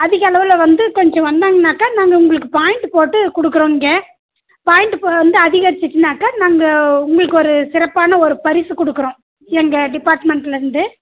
அதிக அளவில் வந்து கொஞ்சம் வந்தாங்கனாக்கால் நாங்கள் உங்களுக்கு பாயிண்ட்டு போட்டு கொடுக்குறோம் இங்கே பாயிண்டு வந்து அதிகரிச்சிச்சினாக்கால் நாங்கள் உங்களுக்கு ஒரு சிறப்பான ஒரு பரிசு கொடுக்குறோம் எங்கள் டிப்பார்ட்மெண்ட்லேருந்து